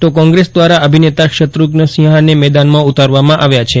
તો કોંગ્રેસ દ્વારા અભિનેતા શત્રુધ્નસિંહાને મેદાનમાં ઉતારવામાં આવ્યા છે